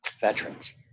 veterans